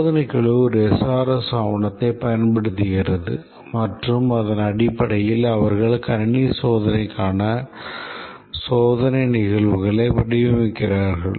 சோதனைக் குழு SRS ஆவணத்தைப் பயன்படுத்துகிறது மற்றும் அதன் அடிப்படையில் அவர்கள் கணினி சோதனைக்கான சோதனை நிகழ்வுகளை வடிவமைக்கிறார்கள்